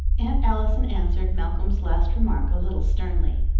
aunt allison answered malcolm's last remark a little sternly.